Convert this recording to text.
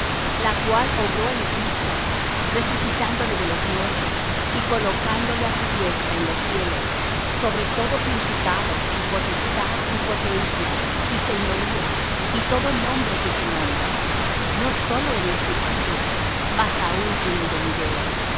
la cual obró en cristo resucitándole de los muertos y colocándole á su diestra en los cielos sobre todo principado y potestad y potencia y señorío y todo nombre que se nombra no sólo en este siglo mas aun en el venidero y